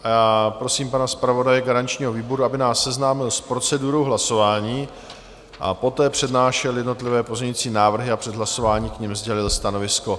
A já prosím pana zpravodaje garančního výboru, aby nás seznámil s procedurou hlasování a poté přednášel jednotlivé pozměňující návrhy a před hlasování k nim sdělil stanovisko.